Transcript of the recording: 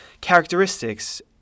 characteristics